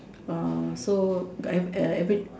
so every every